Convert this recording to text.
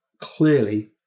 clearly